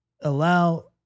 allow